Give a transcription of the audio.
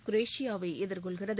குரோஷியாவை எதிர்கொள்கிறது